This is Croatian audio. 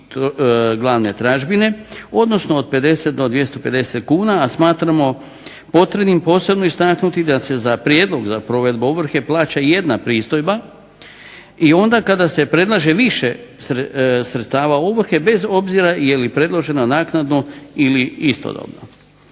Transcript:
odnosno od 50 do 250 kuna, a smatramo potrebnim posebno istaknuti da se za prijedlog za provedbu ovrhe plaća jedna pristojba i onda kada se predlaže više sredstava ovrhe bez obzira je li predložena naknadno ili istodobno.